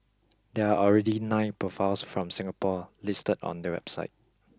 there are already nine profiles from Singapore listed on that website